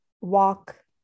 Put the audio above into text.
walk